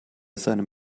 seinem